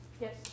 Yes